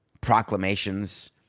proclamations